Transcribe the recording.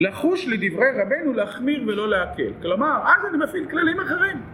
לחוש לדברי רבינו להחמיר ולא להקל. כלומר, אז אני מפעיל כללים אחרים